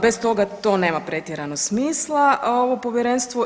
Bez toga to nema pretjerano smisla ovo povjerenstvo.